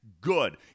good